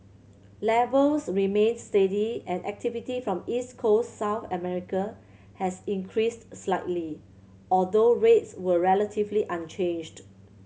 levels remained steady and activity from East Coast South America has increased slightly although rates were relatively unchanged